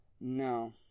No